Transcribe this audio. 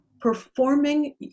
performing